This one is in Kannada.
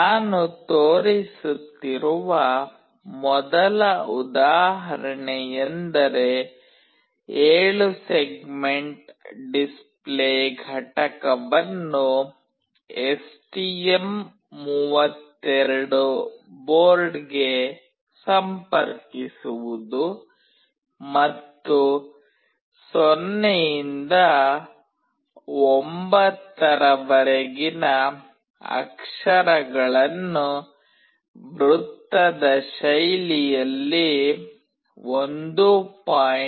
ನಾನು ತೋರಿಸುತ್ತಿರುವ ಮೊದಲ ಉದಾಹರಣೆಯೆಂದರೆ 7 ಸೆಗ್ಮೆಂಟ್ ಡಿಸ್ಪ್ಲೇ ಘಟಕವನ್ನು ಎಸ್ಟಿಎಂ 32 ಬೋರ್ಡ್ಗೆ ಸಂಪರ್ಕಿಸುವುದು ಮತ್ತು 0 ರಿಂದ 9 ರವರೆಗಿನ ಅಕ್ಷರಗಳನ್ನು ವೃತ್ತದ ಶೈಲಿಯಲ್ಲಿ 1